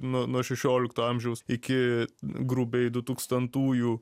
nu nuo šešiolikto amžiaus iki grubiai du tūkstantųjų